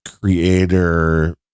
creator